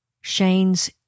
Shane's